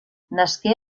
nasqué